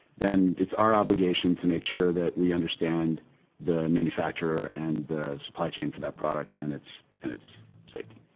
then it's our obligation to make sure that we understand the manufacturer and the supply chain for that product and its, and its safety.